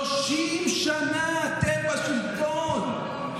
30 שנה אתם בשלטון.